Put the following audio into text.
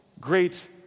great